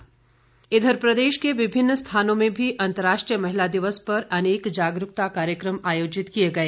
महिला दिवस इधर प्रदेश के विभिन्न स्थानों में भी अंतर्राष्ट्रीय महिला दिवस पर अनेक जागरूकता कार्यक्रम आयोजित किए गए